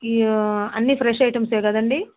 ఈ అన్నీ ఫ్రెష్ ఐటమ్సే కదండీ